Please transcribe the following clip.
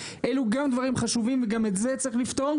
אלו גם דברים חשובים וגם את זה צריך לפתור,